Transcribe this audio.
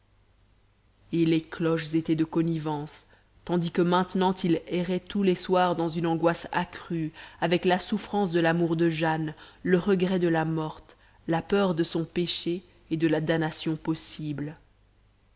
et les cloches étaient de connivence tandis que maintenant il errait tous les soirs dans une angoisse accrue avec la souffrance de l'amour de jane le regret de la morte la peur de son péché et de la damnation possible